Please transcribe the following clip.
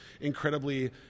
incredibly